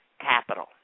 Capital